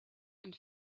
and